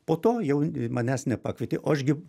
po to jau manęs nepakvietė o aš gi